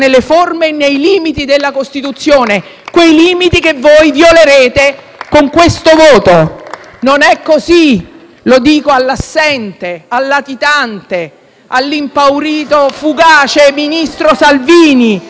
Non è così. Lo dico all'assente, al latitante, all'impaurito e fugace ministro Salvini: non avete e non avrete mai il consenso del 99 per cento degli italiani